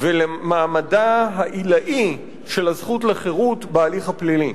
ולמעמדה העילאי של הזכות לחירות בהליך הפלילי.